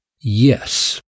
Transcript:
yes